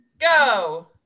go